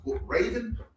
Raven